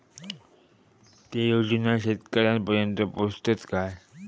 ते योजना शेतकऱ्यानपर्यंत पोचतत काय?